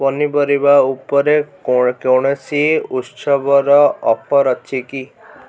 ପନିପରିବା ଉପରେ କୌଣସି ଉତ୍ସବର ଅଫର୍ ଅଛି କି